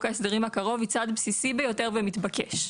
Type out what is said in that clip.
ההסדרים הקרוב היא צעד בסיסי ביותר ומתבקש,